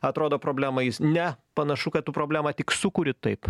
atrodo problemą jis ne panašu kad tu problemą tik sukuri taip